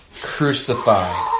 crucified